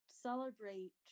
celebrate